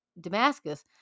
Damascus